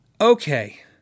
okay